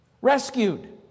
rescued